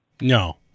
No